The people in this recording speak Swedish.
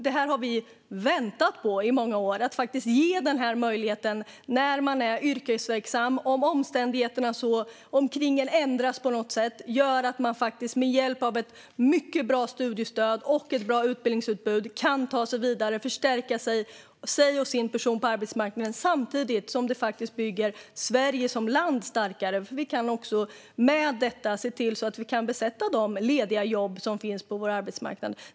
Vi har väntat i många år på den här möjligheten för yrkesverksamma. Om omständigheterna omkring en ändras på något sätt kan man nu med hjälp av ett mycket bra studiestöd och ett bra utbildningsutbud ta sig vidare och förstärka sin person på arbetsmarknaden. Samtidigt bygger det Sverige som land starkare, för vi kan med detta även se till att vi kan besätta de lediga jobb som finns på vår arbetsmarknad.